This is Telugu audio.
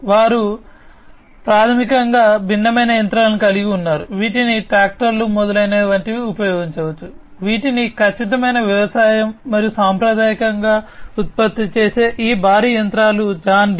వారు ప్రాథమికంగా భిన్నమైన యంత్రాలను కలిగి ఉన్నారు వీటిని ట్రాక్టర్లు మొదలైనవి వంటివి ఉపయోగించవచ్చు వీటిని ఖచ్చితమైన వ్యవసాయం మరియు సాంప్రదాయకంగా ఉత్పత్తి చేసే ఈ భారీ యంత్రాలు జాన్ డీర్